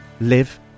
live